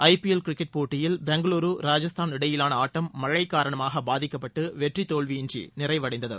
IPL cricket போட்டியில் பெங்களுரு ராஜஸ்தான் இடையிவான ஆட்டம் மழை காரணமாக பாதிக்கப்பட்டு வெற்றி தோல்வியின்றி நிறைவடைந்தது